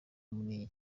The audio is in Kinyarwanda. muri